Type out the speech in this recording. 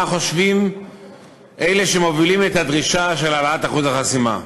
מה חושבים אלה שמובילים את הדרישה להעלות את אחוז החסימה,